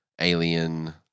alien